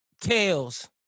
Tails